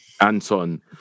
Anton